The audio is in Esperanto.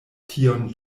tion